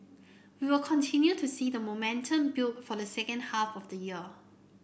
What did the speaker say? we will continue to see the momentum build for the second half of the year